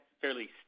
fairly